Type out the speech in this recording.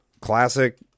Classic